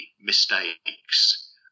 mistakes